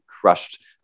crushed